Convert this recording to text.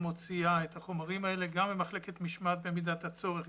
מוציאה את החומרים האלה גם במחלקת משמעת במידת הצורך,